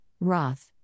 Roth